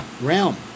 realm